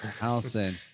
Allison